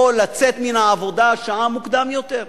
או לצאת מן העבודה שעה מוקדם יותר.